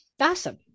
awesome